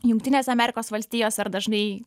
jungtinėse amerikos valstijose ar dažnai